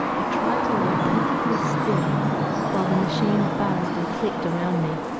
i tried to lie perfectly still while the machine buzzed and clicked around me,